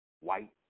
white